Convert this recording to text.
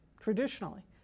traditionally